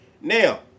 Now